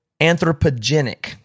Anthropogenic